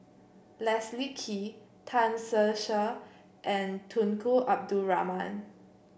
Leslie Kee Tan Ser Cher and Tunku Abdul Rahman